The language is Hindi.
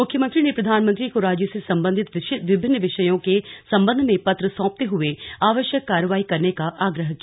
मुख्यमंत्री ने प्रधानमंत्री को राज्य से संबंधित विभिन्न विषयों के संबंध में पत्र सौंपते हुए आवश्यक कार्यवाही करने का आग्रह किया